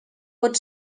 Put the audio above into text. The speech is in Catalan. pot